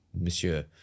Monsieur